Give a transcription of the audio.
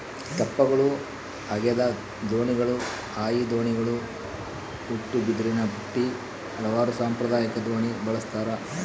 ತೆಪ್ಪಗಳು ಹಗೆದ ದೋಣಿಗಳು ಹಾಯಿ ದೋಣಿಗಳು ಉಟ್ಟುಬಿದಿರಿನಬುಟ್ಟಿ ಹಲವಾರು ಸಾಂಪ್ರದಾಯಿಕ ದೋಣಿ ಬಳಸ್ತಾರ